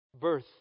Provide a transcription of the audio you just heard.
Birth